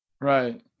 Right